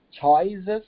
choices